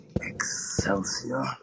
Excelsior